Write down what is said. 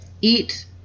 eat